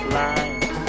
life